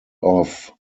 off